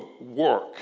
work